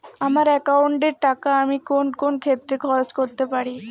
আমার একাউন্ট এর টাকা আমি কোন কোন ক্ষেত্রে খরচ করতে পারি?